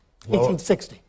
1860